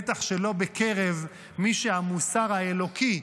בטח שלא בקרב מי שהמוסר האלוקי,